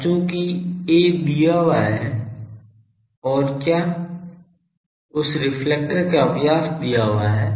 अब चूँकि a दिया हुआ है और क्या उस रिफ्लेक्टर का व्यास दिया हुआ है